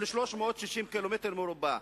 של 360 קילומטר מרובע.